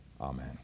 Amen